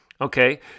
Okay